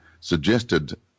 suggested